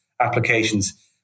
applications